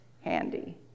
handy